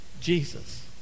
Jesus